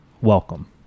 welcome